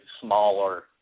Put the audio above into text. smaller